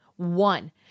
One